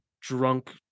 drunk